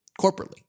corporately